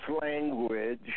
language